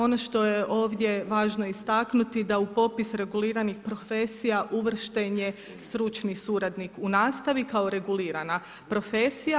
Ono što je ovdje važno istaknuti, da u popis reguliranih profesija uvršten je stručni suradnik u nastavi kao regulirana profesija.